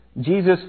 Jesus